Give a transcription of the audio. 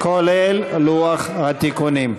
כולל לוח התיקונים.